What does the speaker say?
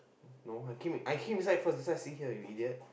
no I came I came inside first that's why I sit here you idiot